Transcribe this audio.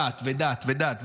דת ודת ודת,